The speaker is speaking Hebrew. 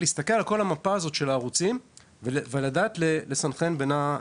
להסתכל על כל המפה הזאת של הערוצים ולדעת לסנכרן בינה,